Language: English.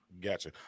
Gotcha